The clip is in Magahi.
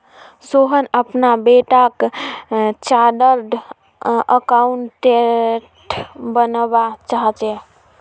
सोहन अपना बेटाक चार्टर्ड अकाउंटेंट बनवा चाह्चेय